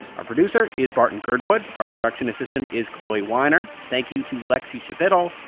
our producer is barton girdwood. our production assistant is chloee weiner. thank you to lexie schapitl,